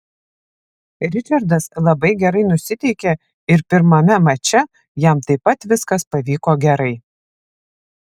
ričardas labai gerai nusiteikė ir pirmame mače jam taip pat viskas pavyko gerai